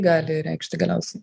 gali reikšti galiausiai